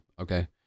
Okay